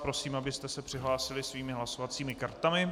Prosím, abyste se přihlásili svými hlasovacími kartami.